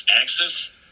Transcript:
Axis